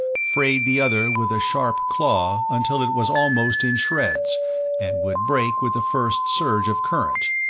frayed the other with a sharp claw until it was almost in shreds and would break with the first surge of current,